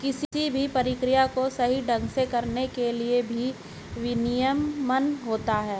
किसी भी प्रक्रिया को सही ढंग से करने के लिए भी विनियमन होता है